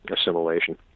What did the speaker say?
assimilation